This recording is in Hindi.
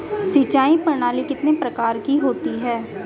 सिंचाई प्रणाली कितने प्रकार की होती हैं?